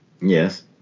yes